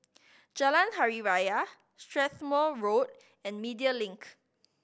Jalan Hari Raya Strathmore Road and Media Link